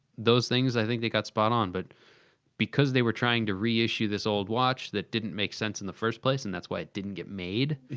those things, i think, they got spot-on. but because they were trying to reissue this old watch that didn't make sense in the first place, and that's why it didn't get made.